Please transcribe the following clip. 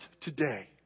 today